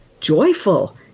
joyful